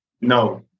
no